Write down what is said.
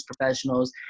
professionals